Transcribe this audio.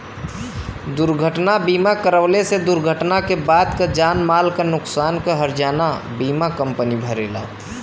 दुर्घटना बीमा करवले से दुर्घटना क बाद क जान माल क नुकसान क हर्जाना बीमा कम्पनी भरेला